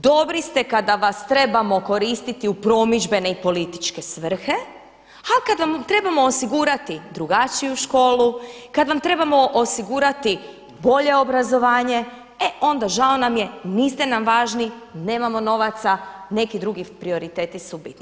Dobri ste kada vas trebamo koristiti u promidžbene i političke svrhe a kada vam trebamo osigurati drugačiju školu, kada vam trebamo osigurati bolje obrazovanje e onda žao nam je, niste nam važni, nemamo novaca, neki drugi prioriteti su bitni.